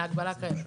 ההגבלה קיימת.